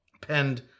penned